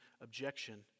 objection